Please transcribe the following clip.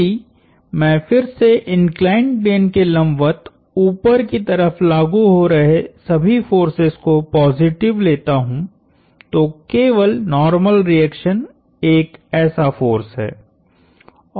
यदि मैं फिर से इंक्लाइंड प्लेन के लंबवत ऊपर की तरफ लागु हो रहे सभी फोर्सेस को पॉजिटिव लेता हूं तो केवल नार्मल रिएक्शन एक ऐसा फोर्स है